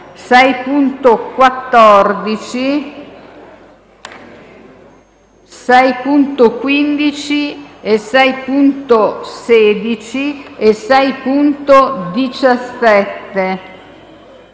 6.14, 6.15, 6.16 e 6.17.